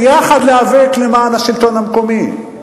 יחד להיאבק למען השלטון המקומי.